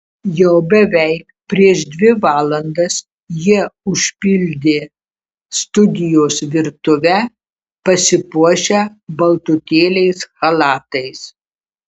jau beveik prieš dvi valandas jie užpildė studijos virtuvę pasipuošę baltutėliais chalatais